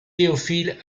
théophile